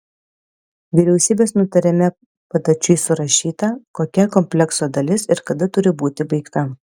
vyriausybės nutarime padačiui surašyta kokia komplekso dalis ir kada turi būti baigta